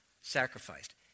sacrificed